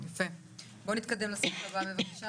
אבל כשהצוות דן בנושא הזה,